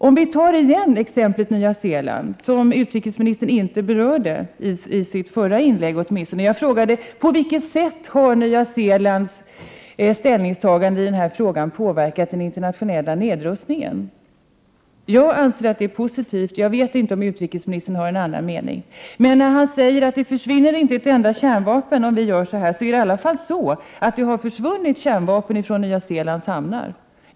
Jag vill återkomma till exemplet från Nya Zeeland, som utrikesministern i varje fall inte berörde i sitt förra inlägg. Jag frågade på vilket sätt Nya Zeelands ställningstagande i den här frågan har påverkat den internationella nedrustningen. Jag anser att det är positivt, men jag vet inte om utrikesministern har en annan mening. Han säger ju att det inte försvinner ett enda kärnvapen om vi gör så här. Faktum är dock att det har försvunnit kärnvapen 125 ifrån Nya Zeelands hamnar.